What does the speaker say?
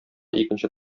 икенче